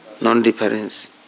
non-difference